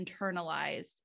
internalized